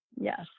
yes